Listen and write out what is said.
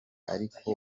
aliko